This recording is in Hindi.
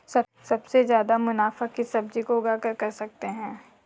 सबसे ज्यादा मुनाफा किस सब्जी को उगाकर कर सकते हैं?